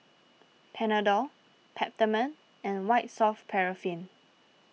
Panadol Peptamen and White Soft Paraffin